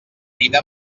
vine